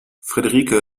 friederike